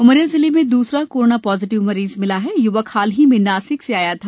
उमरिया जिले मे द्सरा कोरोना पाजटिव मरीज मिला है युवक हाल ही में नासिक से आया था